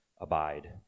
abide